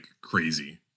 crazy